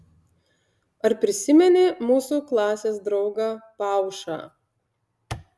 ar prisimeni mūsų klasės draugą paušą